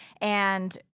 And-